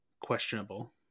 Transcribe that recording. questionable